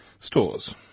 stores